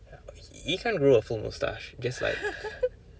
he can't grow a full mustache just like